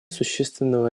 существенного